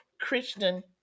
Christian